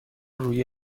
روی